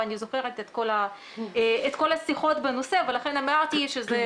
ואני זוכרת את כל השיחות בנושא ולכן אמרתי שזה